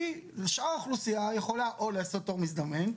כי שאר האוכלוסייה יכולה או לעשות תור מזדמן,